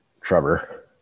Trevor